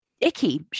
icky